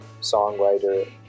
songwriter